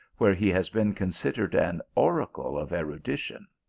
where he has been considered an oracle of erudition.